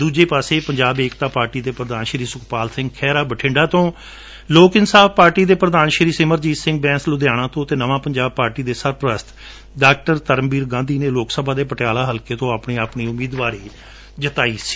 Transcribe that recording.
ਦੁਜੇ ਪਾਸੇ ਪੰਜਾਬ ਏਕਤਾ ਪਾਰਟੀ ਦੇ ਪੁਧਾਨ ਸੁਖਪਾਲ ਸਿੰਘ ਖਹਿਰਾ ਬਠਿੰਡਾ ਤੋਂ ਲੋਕ ਇਨਸਾਫ ਪਾਰਟੀ ਦੇ ਪ੍ਰਧਾਨ ਸਿਮਰਜੀਤ ਸਿੰਘ ਬੈਸ ਲੁਧਿਆਣਾ ਤੋ ਅਤੇ ਨਵਾ ਪੰਜਾਬ ਪਾਰਟੀ ਦੇ ਸਰਪੁਸਤ ਡਾ ਧਰਮਵੀਰ ਗਾਂਧੀ ਨੇ ਲੋਕ ਸਭਾ ਦੇ ਪਟਿਆਲਾ ਹਲਕੇ ਤੋਂ ਆਪਣੀ ਆਪਣੀ ੳਮੀਦਵਾਰੀ ਜਤਾਈ ਸੀ